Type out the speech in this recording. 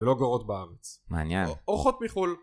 לא גרות בארץ. מעניין. אורחות מחו"ל.